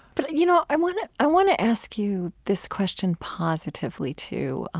but you know i want i want to ask you this question positively too.